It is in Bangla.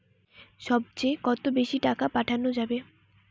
সব চেয়ে কত বেশি টাকা পাঠানো যাবে?